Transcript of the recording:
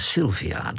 Sylvia